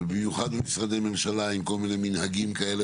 במיוחד במשרדי ממשלה עם כל מיני מנהגים כאלה